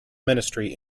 ministry